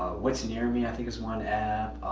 what's near me, i think is one app.